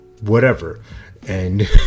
whatever—and